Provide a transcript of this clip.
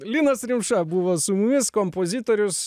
linas rimša buvo su mumis kompozitorius